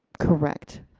correct.